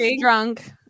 drunk